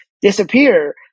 disappear